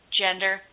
gender